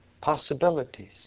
possibilities